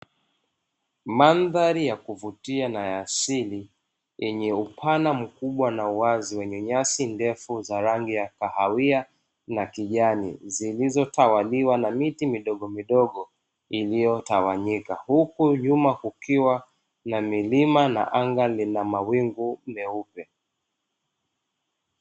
Mandhari ya kuvutia na ya asili yenye upana mkubwa na uwazi wenye nyasi ndefu za rangi ya kahawia na kijani, zilizotawaliwa na miti midogomidogo iliyotawanyika, huku nyuma kukiwa na milima na anga lina mawingu meupe.